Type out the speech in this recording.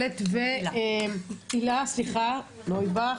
הלה נויבך,